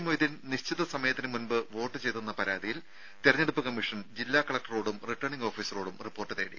മൊയ്തീൻ നിശ്ചിത സമയത്തിന് മുൻപ് വോട്ട് ചെയ്തെന്ന പരാതിയിൽ തെരഞ്ഞെടുപ്പ് കമ്മീഷൻ ജില്ലാ കലക്ടറോടും റിട്ടേണിങ്ങ് ഓഫീസറോടും റിപ്പോർട്ട് തേടി